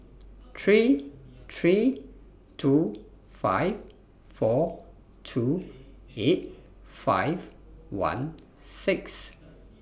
three three two five four two eight five one six